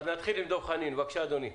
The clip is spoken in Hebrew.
נתחיל עם דב חנין, בבקשה אדוני.